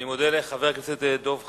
אני מודה לחבר הכנסת דב חנין.